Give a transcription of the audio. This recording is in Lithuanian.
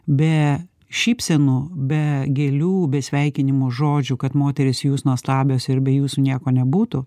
be šypsenų be gėlių be sveikinimo žodžių kad moterys jūs nuostabios ir be jūsų nieko nebūtų